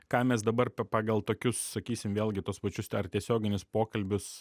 ką mes dabar pagal tokius sakysim vėlgi tuos pačius tiesioginius pokalbius